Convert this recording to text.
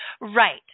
Right